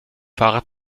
fahrrad